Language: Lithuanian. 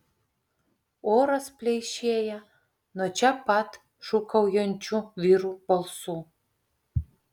oras pleišėja nuo čia pat šūkaujančių vyrų balsų